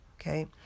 okay